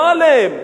לא עליהם.